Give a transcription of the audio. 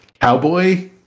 cowboy